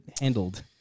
handled